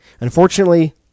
Unfortunately